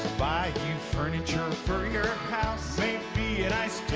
buy you furniture for your house maybe a nice